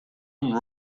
and